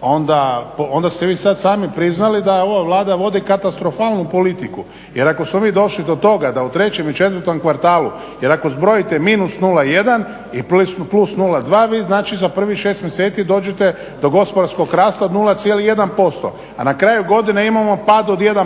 onda ste vi sada sami priznali da ova Vlada vodi katastrofalnu politiku jer ako smo mi došli do toga da u 3. i 4.kvartalu jer ako zbrojite minus 0,1 i plus 0,2 vi znači za prvih 6 mjeseci dođete do gospodarskog rasta od 0,1%, a na kraju godine imamo pad od 1%